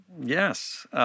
Yes